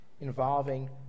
involving